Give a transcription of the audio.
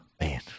man